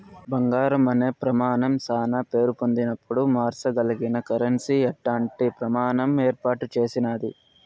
బంగారం అనే ప్రమానం శానా పేరు పొందినపుడు మార్సగలిగిన కరెన్సీ అట్టాంటి ప్రమాణం ఏర్పాటు చేసినాది